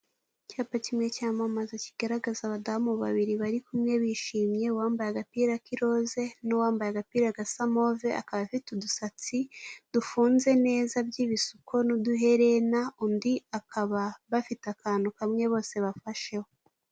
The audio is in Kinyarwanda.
Icyapa kimwe cyamamaza kigaragaza abadamu babiri bari kumwe bishimye, uwambaye agapira k'irose n'uwambaye agapira gasa move akaba afite udusatsi dufunze neza by'ibisuko n'uduherena undi akaba afite akantu kamwe bose bafasheho.